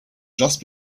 just